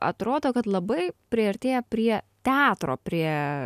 atrodo kad labai priartėja prie teatro prie